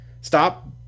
stop